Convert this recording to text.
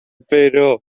pero